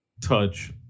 touch